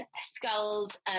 skulls